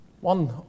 One